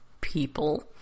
people